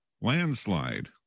landslide